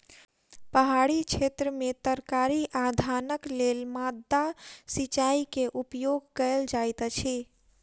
पहाड़ी क्षेत्र में तरकारी आ धानक लेल माद्दा सिचाई के उपयोग कयल जाइत अछि